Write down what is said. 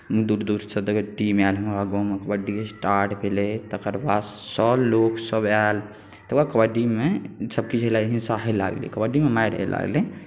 दूर दूरसँ देखय टीम आयल हमरा गाममे कबड्डी स्टार्ट भेलै तकर बादसँ लोकसभ आयल तकर बाद कबड्डीमे सभकिछु साहय लागलै कबड्डीमे मारि होबय लागलै